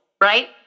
Right